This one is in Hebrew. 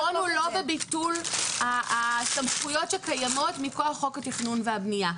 הפתרון הוא לא בביטול הסמכויות שקיימות מכוח חוק התכנון והבנייה.